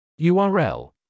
url